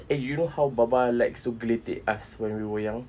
eh you how baba likes to geletek us when we were young